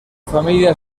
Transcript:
familia